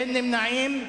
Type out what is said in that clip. אין נמנעים.